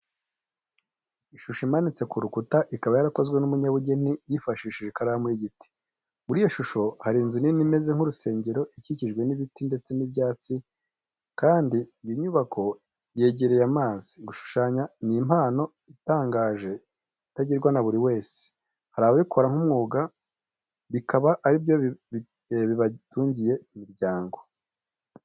Ishusho imanitse ku rukuta, ikaba yarakozwe n'umunyabugeni yifashishije ikaramu y'igiti. Muri iyo shusho hari inzu nini imeze nk'urusengero ikikijwe n'ibiti ndetse n'ibyatsi kandi iyo nyubako yegereye amazi. Gushushanya ni impano itangaje itagirwa na buri wese, hari ababikora nk'umwuga bikaba ari byo bibatungiye imiryango.